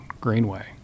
greenway